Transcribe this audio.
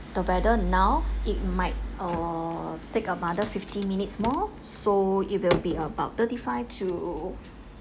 the weather now it might err take another fifteen minutes more so it will be about thirty five to